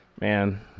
Man